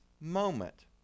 moment